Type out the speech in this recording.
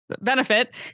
benefit